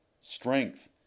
strength